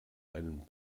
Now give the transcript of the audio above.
einen